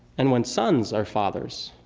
and when sons are fathers,